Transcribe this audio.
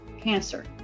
cancer